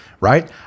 right